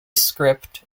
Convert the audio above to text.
script